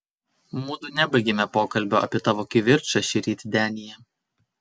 mudu nebaigėme pokalbio apie tavo kivirčą šįryt denyje